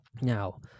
Now